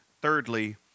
Thirdly